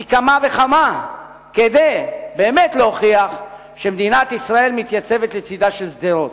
פי כמה וכמה כדי באמת להוכיח שמדינת ישראל מתייצבת לצדה של שדרות,